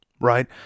Right